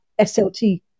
SLT